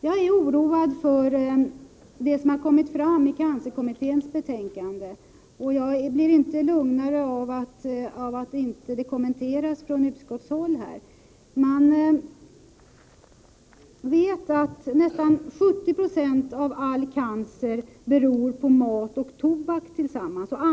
Jag är oroad över det som har kommit fram i cancerkommitténs betänkande, och jag blir inte lugnare av att frågorna inte kommenteras från utskottshåll. Man vet att nästan 70 96 av alla cancerfall härrör från de sammantagna verkningarna av mat och tobak.